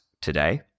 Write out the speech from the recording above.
today